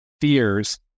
fears